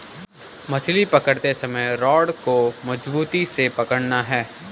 मछली पकड़ते समय रॉड को मजबूती से पकड़ना है